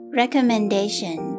recommendation